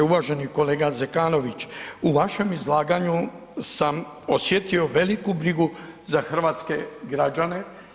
Uvaženi kolega Zekanović, u vašem izlaganju sam osjetio veliku brigu za hrvatske građane.